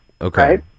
Okay